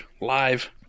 live